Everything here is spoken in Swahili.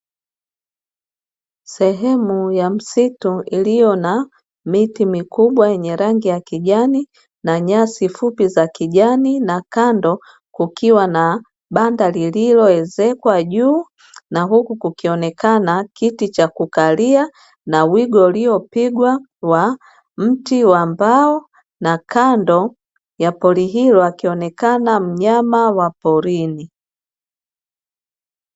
Sehemu ya msitu iliyo na miti mikubwa yenye rangi ya kijani na nyasi fupi za kijani, na kando kukiwa na banda lililowezekwa juu na huku kukionekana kiti cha kukalia na wigo uliopigwa wa mti wa mbao na kando ya pori hilo akionekana mnyama wa porini.